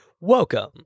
Welcome